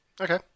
Okay